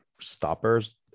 stoppers